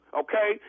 okay